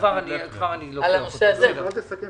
אני תכף